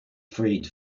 freed